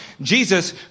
Jesus